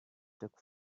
took